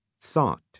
thought